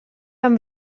haben